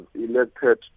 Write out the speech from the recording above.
elected